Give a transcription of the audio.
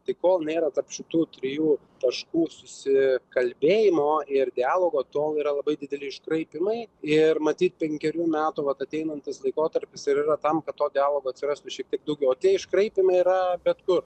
tai kol nėra tarp šitų trijų taškų susikalbėjimo ir dialogo tol yra labai dideli iškraipymai ir matyt penkerių metų vat ateinantis laikotarpis ir yra tam kad to dialogo atsirastų šiek tiek daugiau tie iškraipymai yra bet kur